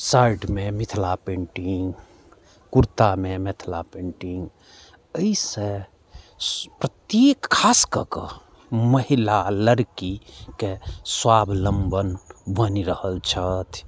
शर्टमे Mithila painting कुर्तामे Mithila painting एहिसँ कत्तेक खास ककऽ महिला लड़कीके स्वावलम्बन बनि रहल छथि